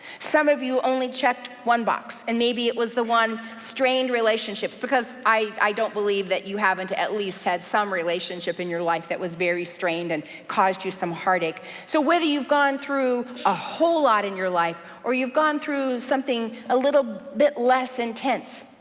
some of you only checked one box, and maybe it was the one strained relationships, because i don't believe that you haven't at least had some relationship in your life that was very strained, and caused you some heartache. so whether you've gone through a whole lot in your life, or you've gone through something a little bit less intense,